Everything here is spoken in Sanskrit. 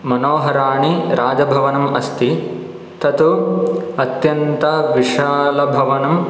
मनोहराणि राजभवनम् अस्ति तत् अत्यन्तविषालभवनं